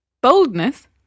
boldness